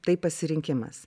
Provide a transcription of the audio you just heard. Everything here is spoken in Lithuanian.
tai pasirinkimas